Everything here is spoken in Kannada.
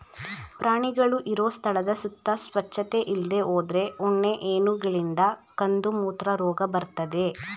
ಪ್ರಾಣಿಗಳು ಇರೋ ಸ್ಥಳದ ಸುತ್ತ ಸ್ವಚ್ಚತೆ ಇಲ್ದೇ ಹೋದ್ರೆ ಉಣ್ಣೆ ಹೇನುಗಳಿಂದ ಕಂದುಮೂತ್ರ ರೋಗ ಬರ್ತದೆ